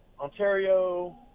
Ontario